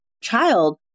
child